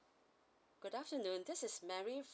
good afternoon this is mary